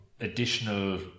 additional